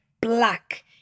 black